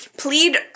Plead